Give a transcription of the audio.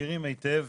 מכירים היטב.